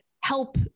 help